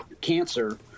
cancer